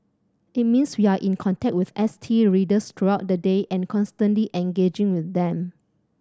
it means we are in contact with S T readers throughout the day and constantly engaging with them